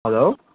hello